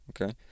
okay